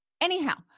Anyhow